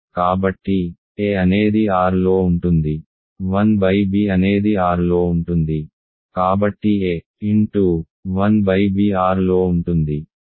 కాబట్టి a అనేది Rలో ఉంటుంది 1 b అనేది R లో ఉంటుంది కాబట్టి a 1 b R లో ఉంటుంది